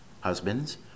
Husbands